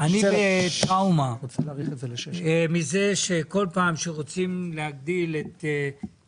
אני בטראומה מזה שכל פעם שרוצים להגדיל את